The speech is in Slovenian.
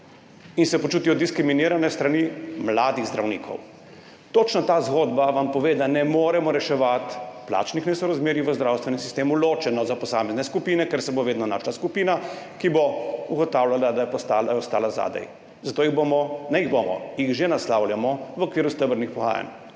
in se počutijo diskriminirane s strani mladih zdravnikov. Točno ta zgodba vam pove, da ne moremo reševati plačnih nesorazmerij v zdravstvenem sistemu ločeno, za posamezne skupine, ker se bo vedno našla skupina, ki bo ugotavljala, da je ostala zadaj. Zato jih bomo, ne jih bomo, jih že naslavljamo v okviru stebrnih pogajanj.